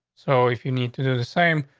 so if you need to do the same,